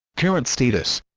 current status